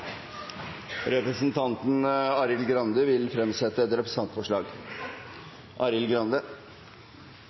Representanten Arild Grande vil fremsette et representantforslag.